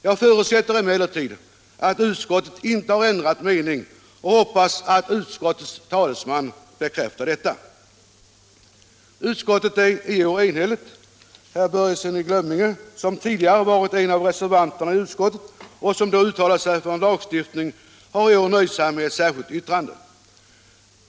Jag förutsätter emellertid att utskottet inte har ändrat mening och hoppas att utskottets talesman bekräftar detta. Utskottet är i år enhälligt. Herr Börjesson i Glömminge, som tidigare varit en av reservanterna i utskottet och som då uttalade sig för lagstiftning, har i år nöjt sig med ett särskilt yttrande.